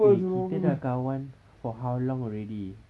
eh kita dah kawan for how long already